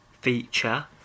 feature